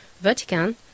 Vatican